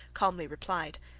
calmly replied,